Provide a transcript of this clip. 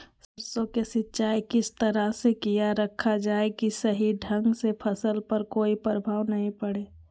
सरसों के सिंचाई किस तरह से किया रखा जाए कि सही ढंग से फसल पर कोई प्रभाव नहीं पड़े?